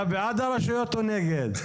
אתה בעד הרשויות או נגד?